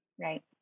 Right